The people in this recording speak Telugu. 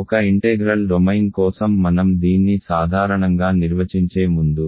ఒక ఇంటెగ్రల్ డొమైన్ కోసం మనం దీన్ని సాధారణంగా నిర్వచించే ముందు